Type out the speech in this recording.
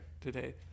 today